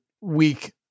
week